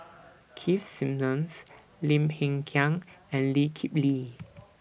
Keith Simmons Lim Hng Kiang and Lee Kip Lee